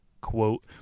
Quote